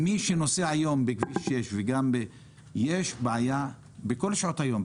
מי שנוסע היום בכביש 6, יש בעיה בכל שעות היום.